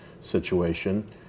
situation